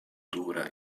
dura